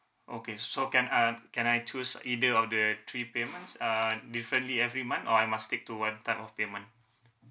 okay so can uh can I choose either of the three payments uh differently every month or I must stick to one type of payment